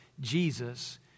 Jesus